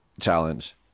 challenge